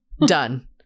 Done